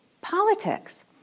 politics